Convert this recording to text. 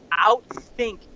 outthink